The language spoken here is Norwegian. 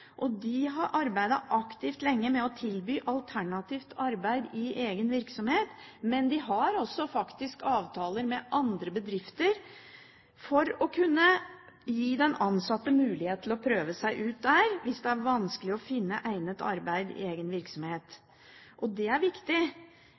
sykmeldte. De har lenge arbeidet aktivt med å tilby alternativt arbeid i egen virksomhet. Men de har faktisk også avtaler med andre bedrifter for å kunne gi den ansatte mulighet til å prøve seg ut der hvis det er vanskelig å finne egnet arbeid i egen virksomhet.